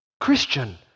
Christian